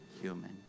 human